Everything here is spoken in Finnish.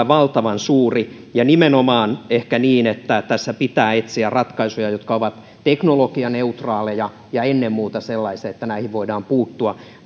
valtavan suuri ja nimenomaan ehkä on niin että tässä pitää etsiä ratkaisuja jotka ovat teknologianeutraaleja ja ennen muuta sellaisia että näihin voidaan puuttua